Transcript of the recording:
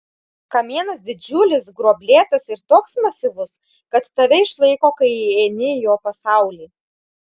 kamienas didžiulis gruoblėtas ir toks masyvus kad tave išlaiko kai įeini į jo pasaulį